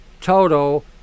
total